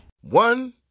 One